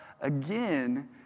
again